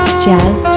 jazz